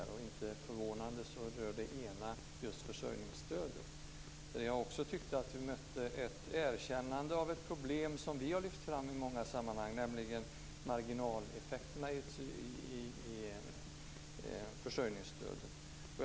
Det är väl inte förvånande att en av dem rör just försörjningsstödet, där jag mötte ett erkännande av ett problem som vi har lyft fram i många sammanhang, nämligen marginaleffekterna i försörjningsstödet.